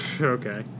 Okay